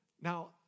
Now